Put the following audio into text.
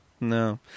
no